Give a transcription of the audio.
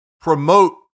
promote